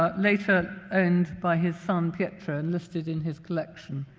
ah later owned by his son pietro, listed in his collection.